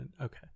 Okay